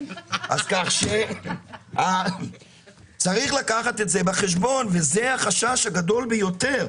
אז כך שצריך לקחת את זה בחשבון וזה החשש הגדול ביותר.